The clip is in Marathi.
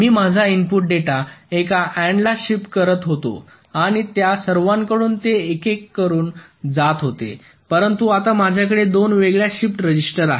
मी माझा इनपुट डेटा एका एन्ड ला शिफ्ट करत होतो आणि त्या सर्वांकडून ते एकेक करून जात होते परंतु आता माझ्याकडे दोन वेगळ्या शिफ्ट रजिस्टर आहेत